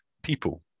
people